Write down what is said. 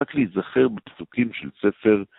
רק להיזכר בפסוקים של ספר.